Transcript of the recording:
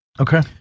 Okay